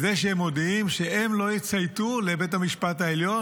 שמודיעים שהם לא יצייתו לבית המשפט העליון,